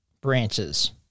branches